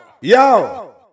Yo